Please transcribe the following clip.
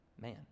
man